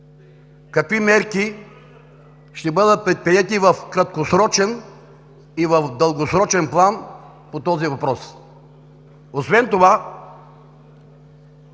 Какви мерки ще бъдат предприети в краткосрочен и в дългосрочен план по този въпрос? Освен това